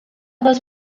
those